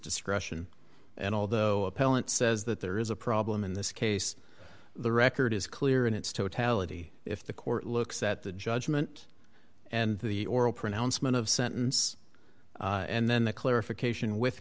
discretion and although appellant says that there is a problem in this case the record is clear in its totality if the court looks at the judgment and the oral pronouncement of sentence and then the clarification with